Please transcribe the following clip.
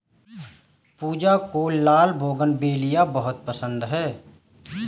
पूजा को लाल बोगनवेलिया बहुत पसंद है